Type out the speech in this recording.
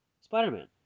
Spider-Man